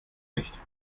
nicht